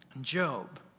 Job